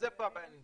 איפה הבעיה נמצאת?